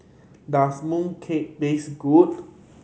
does mooncake taste good